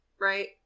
Right